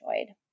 enjoyed